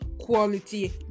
quality